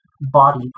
body